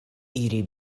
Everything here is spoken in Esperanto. iri